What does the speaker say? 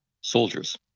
soldiers